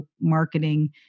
marketing